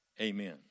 Amen